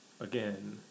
again